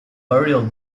burial